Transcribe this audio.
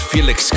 Felix